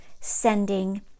sending